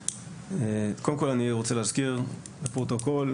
קודם כל אני רוצה להזכיר לפרוטוקול,